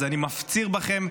אז אני מפציר בכם,